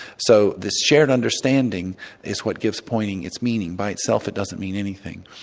so this shared understanding is what gives pointing its meaning, by itself it doesn't mean anything.